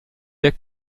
der